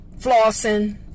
flossing